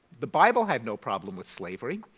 the bible had no problem with slavery.